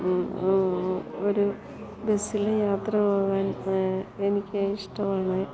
ഒരു ബസ്സിൽ യാത്ര പോവാൻ എനിക്ക് ഇഷ്ടമാണ്